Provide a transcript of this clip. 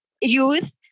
youth